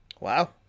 Wow